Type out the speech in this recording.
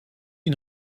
une